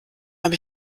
habe